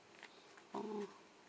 oh